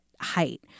height